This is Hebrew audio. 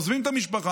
עוזבים את המשפחה,